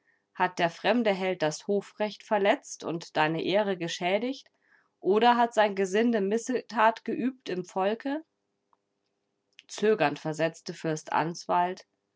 hat der fremde held das hofrecht verletzt und deine ehre geschädigt oder hat sein gesinde missetat geübt im volke zögernd versetzte fürst